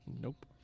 Nope